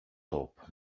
top